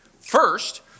first